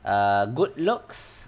err good looks